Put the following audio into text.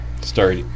start